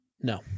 No